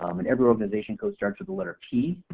um and every organization code starts with the letter p,